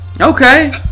Okay